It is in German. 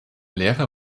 lehrer